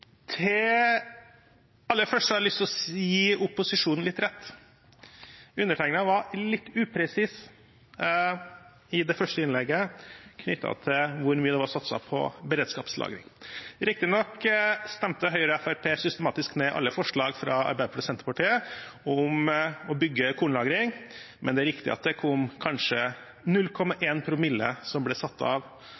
Aller først har jeg lyst til å gi opposisjonen litt rett. Undertegnede var litt upresis i det første innlegget knyttet til hvor mye det var satset på beredskapslagring. Riktignok stemte Høyre og Fremskrittspartiet systematisk ned alle forslag fra Arbeiderpartiet og Senterpartiet om å bygge kornlagring, men det er riktig at det kom kanskje